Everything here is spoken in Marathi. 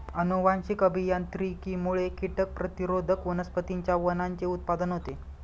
अनुवांशिक अभियांत्रिकीमुळे कीटक प्रतिरोधक वनस्पतींच्या वाणांचे उत्पादन होते